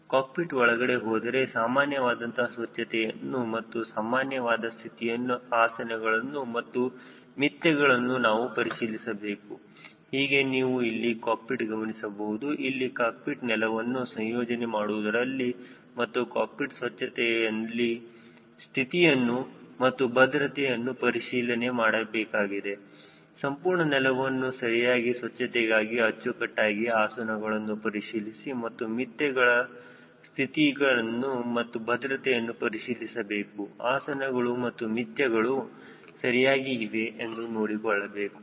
ಕಾಕ್ಪಿಟ್ಒಳಗಡೆ ಹೋದರೆ ಸಾಮಾನ್ಯವಾದಂತಹ ಸ್ವಚ್ಛತೆಯನ್ನು ಮತ್ತು ಸಾಮಾನ್ಯವಾದ ಸ್ಥಿತಿಯನ್ನುಆಸನಗಳನ್ನು ಮತ್ತು ಮಿತ್ತೆಗಳನ್ನು ನಾವು ಪರಿಶೀಲಿಸಬೇಕು ಹೀಗೆ ನೀವು ಇಲ್ಲಿ ಕಾಕ್ಪಿಟ್ ಗಮನಿಸಬಹುದು ಇಲ್ಲಿ ಕಾಕ್ಪಿಟ್ ನೆಲವನ್ನು ಸಂಯೋಜನೆ ಮಾಡುವುದರಲ್ಲಿ ಮತ್ತು ಕಾಕ್ಪಿಟ್ ಸ್ವಚ್ಛತೆಯ ಸ್ಥಿತಿಯನ್ನು ಮತ್ತು ಭದ್ರತೆಯನ್ನು ಪರಿಶೀಲನೆ ಮಾಡಲಾಗಿದೆ ಸಂಪೂರ್ಣ ನೆಲವನ್ನು ಸರಿಯಾಗಿ ಸ್ವಚ್ಛತೆಗಾಗಿ ಅಚ್ಚುಕಟ್ಟಾಗಿ ಆಸನಗಳನ್ನು ಪರಿಶೀಲಿಸಿ ಮತ್ತು ಮಿತ್ತೆಗಳ ಸ್ಥಿತಿಯನ್ನು ಮತ್ತು ಭದ್ರತೆಯನ್ನು ಪರಿಶೀಲಿಸಬೇಕು ಆಸನಗಳು ಮತ್ತು ಮಿಥ್ಯಗಳು ಸರಿಯಾಗಿ ಇವೆ ಎಂದು ನೋಡಿಕೊಳ್ಳಬೇಕು